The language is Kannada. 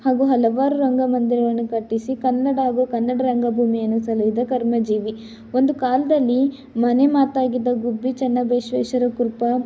ಹಾಗೂ ಹಲವಾರು ರಂಗ ಮಂದಿರವನ್ನು ಕಟ್ಟಿಸಿ ಕನ್ನಡ ಹಾಗೂ ಕನ್ನಡ ರಂಗಭೂಮಿಯನ್ನು ಸಲುಹಿದ ಕರ್ಮ ಜೀವಿ ಒಂದು ಕಾಲದಲ್ಲಿ ಮನೆಮಾತಾಗಿದ್ದ ಗುಬ್ಬಿ ಚೆನ್ನ ಬಸವೇಶ್ವರ ಕೃಪ